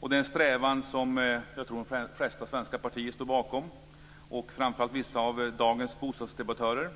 Det är en strävan som jag tror att de flesta svenska partier står bakom, framför allt vissa av dagens bostadsdebattörer.